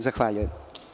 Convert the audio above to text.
Zahvaljujem.